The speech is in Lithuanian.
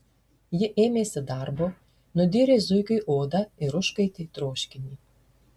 ji ėmėsi darbo nudyrė zuikiui odą ir užkaitė troškinį